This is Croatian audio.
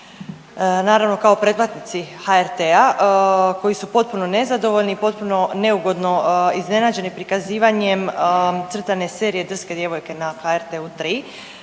naravno kao pretplatnici HRT-a, koji su potpuno nezadovoljni i potpuno neugodno iznenađeni prikazivanjem crtane serije Drske djevojke na HRT-u